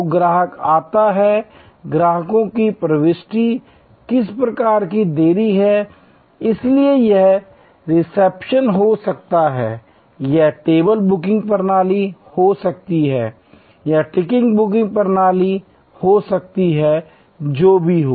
तो ग्राहक आता है ग्राहकों की प्रविष्टि किसी प्रकार की देरी है इसलिए यह रिसेप्शन हो सकता है यह टेबल बुकिंग प्रणाली हो सकती है यह टिकट बुकिंग प्रणाली हो सकती है जो भी हो